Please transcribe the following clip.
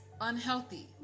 unhealthy